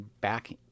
back